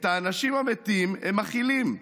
/ את האנשים המתים הם מכילים,